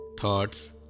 thoughts